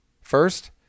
First